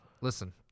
Listen